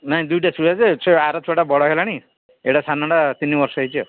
ନାଇଁ ଦୁଇଟା ଛୁଆ ଯେ ଆର ଛୁଆଟା ବଡ଼ ହେଇଗଲାଣି ଏଇଟା ସାନଟା ତିନି ବର୍ଷ ହେଇଛି ଆଉ